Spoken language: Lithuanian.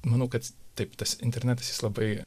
manau kad taip tas internetas jis labai